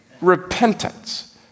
Repentance